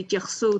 להתייחסות,